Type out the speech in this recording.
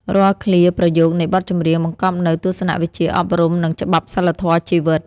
រាល់ឃ្លាប្រយោគនៃបទចម្រៀង បង្កប់នូវទស្សនវិជ្ជាអប់រំ និងច្បាប់សីលធម៌ជីវិត។